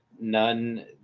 none